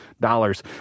dollars